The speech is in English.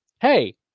Hey